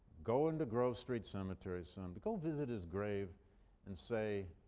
go into grove street cemetery some go visit his grave and say,